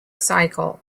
cycle